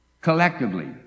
collectively